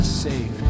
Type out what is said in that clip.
saved